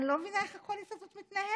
אני לא מבינה איך הקואליציה הזאת מתנהלת.